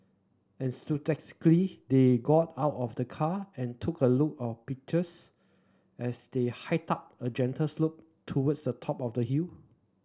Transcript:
enthusiastically they got out of the car and took a lot of pictures as they hiked up a gentle slope towards the top of the hill